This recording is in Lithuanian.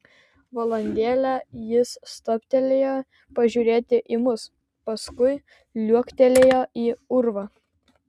valandėlę jis stabtelėjo pažiūrėti į mus paskui liuoktelėjo į urvą